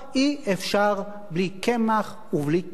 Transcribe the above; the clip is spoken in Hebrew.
אי-אפשר בלי קמח ובלי כסף,